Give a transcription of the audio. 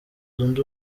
zunze